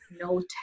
No